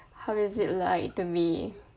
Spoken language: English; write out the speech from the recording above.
how is it like to be